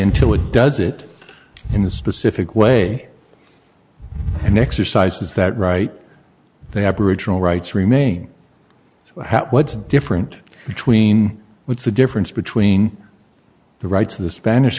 until it does it in the specific way and exercises that right they have original rights remain so what's different between what's the difference between the rights of the spanish